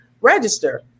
register